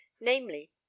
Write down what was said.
namely